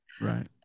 Right